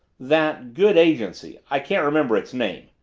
that good agency, i can't remember its name.